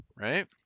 right